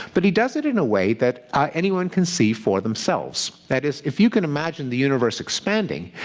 but he does it in a way that anyone can see for themselves. that is, if you can imagine the universe expanding,